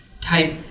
type